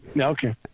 Okay